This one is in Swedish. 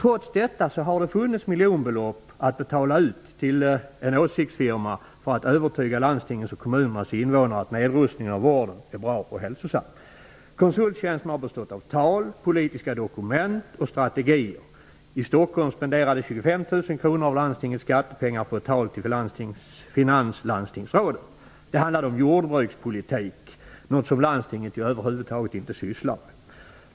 Trots detta har det funnits miljonbelopp att betala ut till en åsiktsfirma för att övertyga landstingens och kommunernas invånare om att nedrustningen av vården är bra och hälsosam. Konsulttjänsterna har bestått av tal, politiska dokument och strategier. I Stockholm spenderades 25 000 kr av landstingets skattepengar på ett tal till finanslandstingsrådet. Det handlade om jordbrukspolitik -- något som landstinget över huvud taget inte sysslar med.